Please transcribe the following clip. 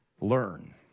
learn